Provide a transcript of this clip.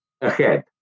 ahead